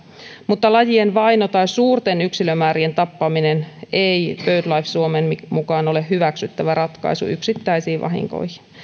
mutta lajien vaino tai suurten yksilömäärien tappaminen ei birdlife suomen mukaan ole hyväksyttävä ratkaisu yksittäisiin vahinkoihin